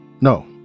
No